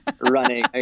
running